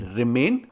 remain